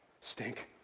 stink